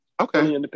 Okay